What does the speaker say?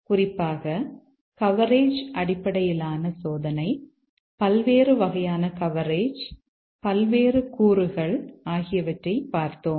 குறிப்பாக கவரேஜ் அடிப்படையிலான சோதனை பல்வேறு வகையான கவரேஜ் பல்வேறு கூறுகள் ஆகியவற்றைப் பார்த்தோம்